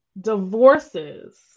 divorces